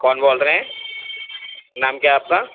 کون بول رہے ہیں نام کیا ہے آپ کا